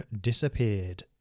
disappeared